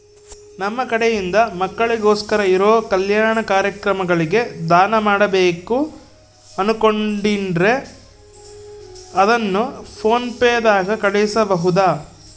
ನಮ್ಮ ಕಡೆಯಿಂದ ಮಕ್ಕಳಿಗೋಸ್ಕರ ಇರೋ ಕಲ್ಯಾಣ ಕಾರ್ಯಕ್ರಮಗಳಿಗೆ ದಾನ ಮಾಡಬೇಕು ಅನುಕೊಂಡಿನ್ರೇ ಅದನ್ನು ಪೋನ್ ಪೇ ದಾಗ ಕಳುಹಿಸಬಹುದಾ?